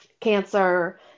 cancer